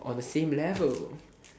on the same level